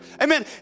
Amen